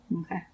okay